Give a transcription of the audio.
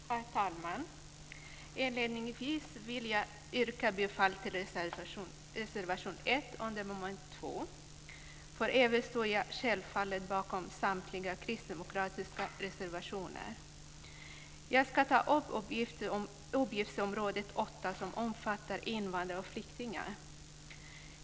Fru talman! Inledningsvis vill jag yrka bifall till reservation 1 under mom. 2. För övrigt står jag självfallet bakom samtliga kristdemokratiska reservationer. Jag ska ta upp utgiftsområde 8 som omfattar invandrare och flyktingar.